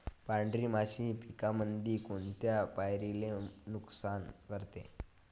पांढरी माशी पिकामंदी कोनत्या पायरीले नुकसान करते?